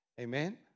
Amen